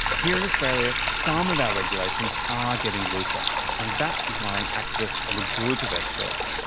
here in australia, some of our regulations are getting looser and that is worrying activists and a group of experts,